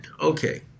Okay